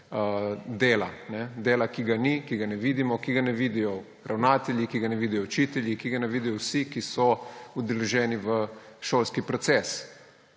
dela. Dela, ki ga ni, ki ga ne vidimo, ki ga ne vidijo ravnatelji, ki ga ne vidijo učitelji, ki ga ne vidijo vsi, ki so udeleženi v šolskem procesu.